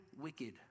wicked